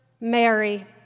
Mary